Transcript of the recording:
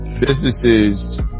businesses